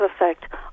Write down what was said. effect